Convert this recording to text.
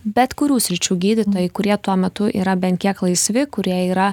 bet kurių sričių gydytojai kurie tuo metu yra bent tiek laisvi kurie yra